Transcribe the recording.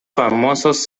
famosos